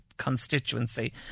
constituency